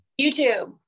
youtube